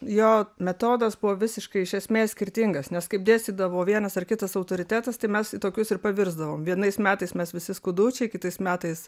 jo metodas buvo visiškai iš esmės skirtingas nes kaip dėstydavo vienas ar kitas autoritetas tai mes į tokius ir pavirsdavom vienais metais mes visi skudučiai kitais metais